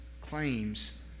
claims